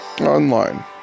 online